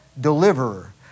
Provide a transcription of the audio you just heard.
Deliverer